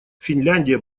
финляндия